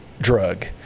drug